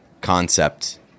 concept